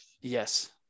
Yes